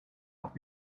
not